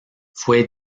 fue